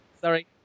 Sorry